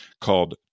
called